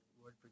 Lord